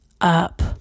up